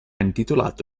intitolato